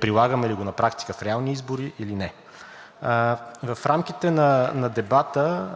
прилагаме ли го на практика в реални избори или не. В рамките на дебата